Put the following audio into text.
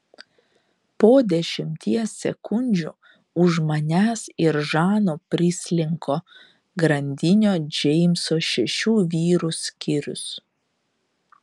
po dešimties sekundžių už manęs ir žano prislinko grandinio džeimso šešių vyrų skyrius